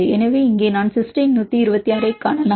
எனவே இங்கே நான் சிஸ்டைன் 126 ஐக் காணலாம்